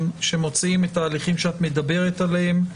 שמוציאים את ההליכים שאת מדברת עליהם,